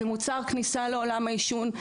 זה מוצר כניסה לעולם העישון,